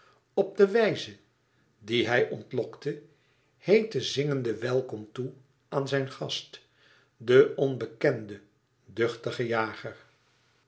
op de wijze die hij ontlokte heette zingende welkom toe aan zijn gast den onbekenden duchtigen jager